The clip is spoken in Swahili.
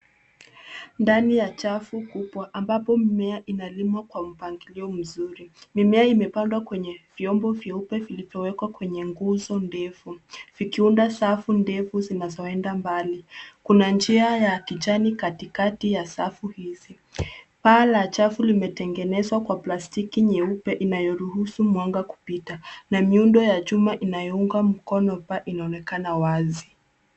Ndani ya chafu kubwa ambapo mimea inalimwa kwa mpangilio mzuri. Mimea imepandwa kwenye vyombo vyeupe vilivyowekwa kwenye nguzo ndefu vikiunda safu ndefu zinazoenda mbali. Kuna njia ya kijani katikati ya safu hizi. Paa la chafu imetengenezwa kwa plastiki nyeupe inayoruhusu mwanga kupita. Na miundo ya chuma inayounga mkono paa inaonekana wazi.